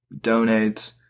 donates